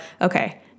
okay